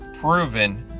proven